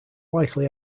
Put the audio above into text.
likely